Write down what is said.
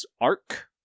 arc